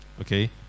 Okay